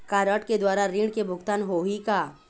Card के द्वारा ऋण के भुगतान होही का?